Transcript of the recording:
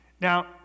Now